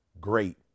great